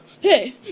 hey